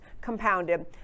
compounded